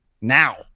Now